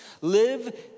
live